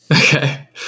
Okay